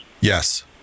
Yes